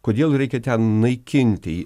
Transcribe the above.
kodėl reikia ten naikinti